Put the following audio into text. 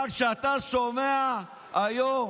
אבל כשאתה שומע היום